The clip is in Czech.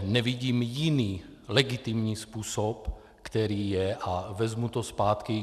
Nevidím jiný legitimní způsob, který je a vezmu to zpátky.